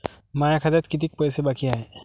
माया खात्यात कितीक पैसे बाकी हाय?